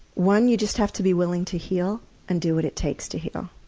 one, you just have to be willing to heal and do what it takes to heal.